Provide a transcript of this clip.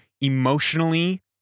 emotionally